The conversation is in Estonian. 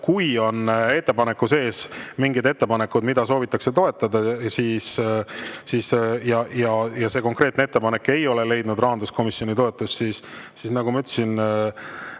Kui on ettepaneku sees mingeid ettepanekuid, mida soovitakse toetada, ja see konkreetne ettepanek ei ole leidnud rahanduskomisjoni toetust, siis nagu ma ütlesin,